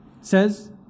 says